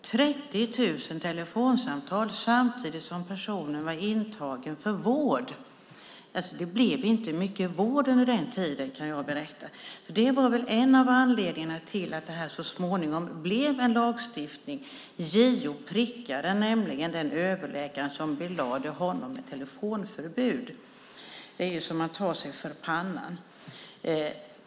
30 000 telefonsamtal samtidigt som personen var intagen för vård! Det blev inte mycket vård under den tiden, kan jag berätta. Det var en av anledningarna till att detta så småningom lagstiftades om. JO prickade nämligen den överläkare som belade patienten med telefonförbud. Det är ju så att man tar sig för pannan!